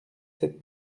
sept